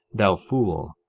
thou fool,